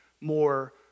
more